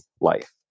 life